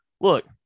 look